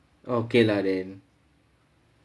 okay lah then